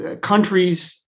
countries